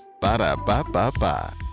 Ba-da-ba-ba-ba